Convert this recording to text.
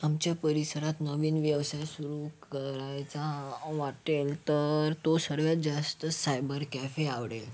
आमच्या परिसरात नवीन व्यवसाय सुरु करायचा वाटेल तर तो सर्वात जास्त सायबर कॅफे आवडेल